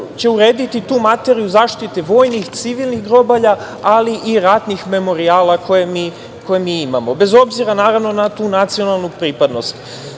će urediti tu materiju zaštite vojnih, civilnih grobalja, ali i ratnih memorijala koje mi imamo, bez obzira naravno na tu nacionalnu pripadnost. To